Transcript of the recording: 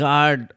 God